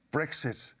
Brexit